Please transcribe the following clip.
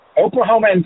Oklahoma